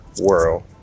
world